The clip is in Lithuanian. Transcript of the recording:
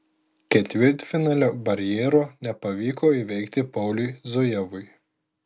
ketvirtfinalio barjero nepavyko įveikti pauliui zujevui